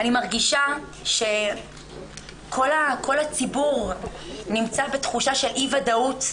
אני מרגישה שכל הציבור נמצא בתחושה של אי-ודאות,